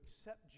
accept